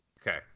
Okay